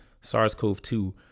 SARS-CoV-2